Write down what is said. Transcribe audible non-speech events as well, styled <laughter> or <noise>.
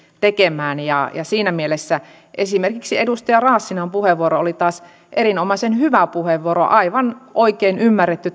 tekemään ja siinä mielessä esimerkiksi edustaja raassinan puheenvuoro oli taas erinomaisen hyvä puheenvuoro aivan oikein ymmärretty <unintelligible>